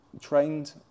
trained